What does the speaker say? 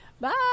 Bye